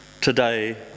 today